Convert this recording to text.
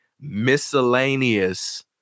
miscellaneous